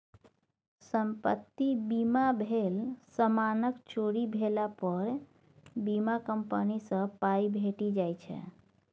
संपत्ति बीमा भेल समानक चोरी भेला पर बीमा कंपनी सँ पाइ भेटि जाइ छै